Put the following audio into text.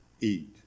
eat